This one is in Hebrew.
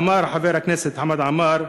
אמר חבר הכנסת חמד עמאר,